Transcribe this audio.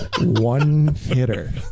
One-hitter